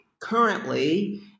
currently